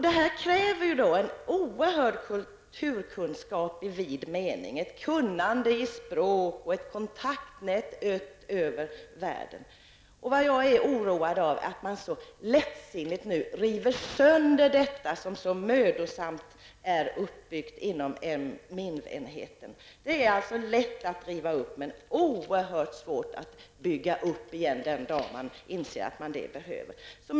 Detta kräver en oerhörd kulturkunskap i vid mening, ett kunnande i språk och ett kontaktnät utöver världen. Jag är oroad över att man så lättsinnigt river sönder detta som så mödosamt har byggts upp inom MINV-enheten. Det är lätt att riva ned, men oerhört svårt att bygga upp igen den dag man inser att man behöver det.